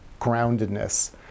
groundedness